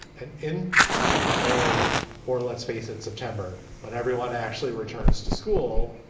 and in may or let's face it, september, when everyone actually returns to school,